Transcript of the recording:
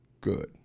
Good